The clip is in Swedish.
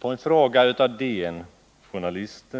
på frågor av en DN-journalist.